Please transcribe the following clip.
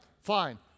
fine